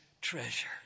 treasure